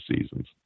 seasons